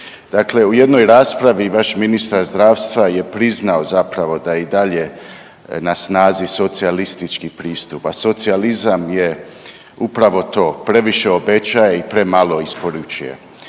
Dakle, u jednoj raspravi vaš ministar zdravstva je priznao zapravo da je i dalje na snazi socijalistički pristup, a socijalizam je upravo to, previše obećaje i premalo isporučuje.